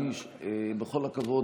בכל הכבוד,